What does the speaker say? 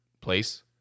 place